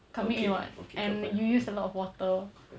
ah okay okay compare compare